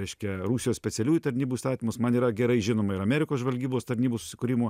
reiškia rusijos specialiųjų tarnybų įstatymus man yra gerai žinoma ir amerikos žvalgybos tarnybų susikūrimo